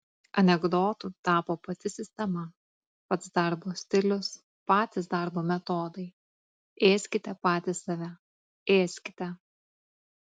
anekdotu tapo pati sistema pats darbo stilius patys darbo metodai ėskite patys save ėskite